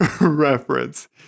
reference